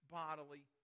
bodily